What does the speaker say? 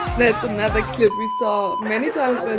that's another clip we saw many times